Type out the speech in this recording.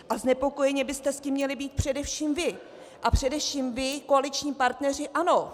A znepokojeni byste s tím měli být především vy a především vy, koaliční partneři ANO.